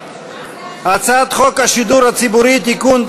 הצעת חוק השידור הציבורי (תיקון),